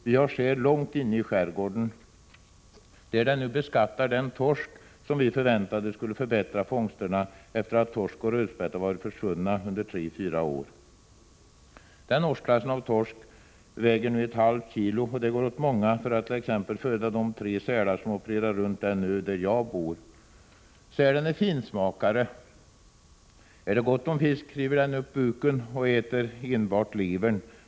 Vi har säl långt inne i skärgården, där den nu beskattar den torsk som vi förväntade skulle förbättra fångsterna, sedan torsk och rödspätta har varit försvunna under tre fyra år. Den årsklassen torsk väger nu ett halvt kilo, och det går åt många för att t.ex. föda de tre sälar som opererar runt den ö där jag bor. Sälen är en finsmakare. Är det gott om fisk, river den upp buken på fisken och äter bara levern.